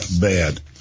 bad